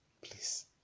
please